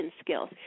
skills